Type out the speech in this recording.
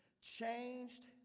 Changed